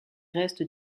restes